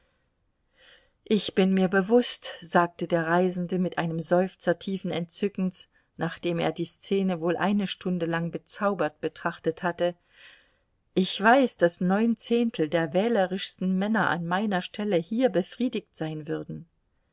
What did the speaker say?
ich bin mir bewußt sagte der reisende mit einem seufzer tiefen entzückens nachdem er die szene wohl eine stunde lang bezaubert betrachtet hatte ich weiß daß neun zehntel der wählerischsten männer an meiner stelle hier befriedigt sein würden